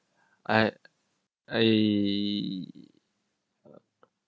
I I